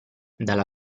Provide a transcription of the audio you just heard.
dalla